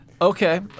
Okay